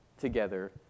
together